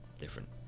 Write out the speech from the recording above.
different